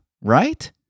right